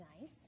nice